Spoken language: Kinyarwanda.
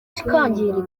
kikangirika